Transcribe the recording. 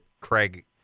Craig